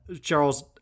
Charles